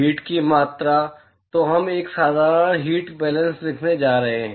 heat की मात्रा तो हम एक साधारण हीट बेलेन्स लिखने जा रहे हैं